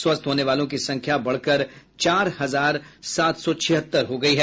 स्वस्थ होने वालों की संख्या बढ़कर चार हजार सात सौ छिहत्तर हो गयी है